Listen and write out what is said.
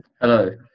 Hello